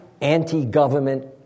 anti-government